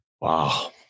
Wow